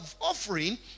offering